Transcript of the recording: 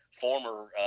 former